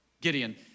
Gideon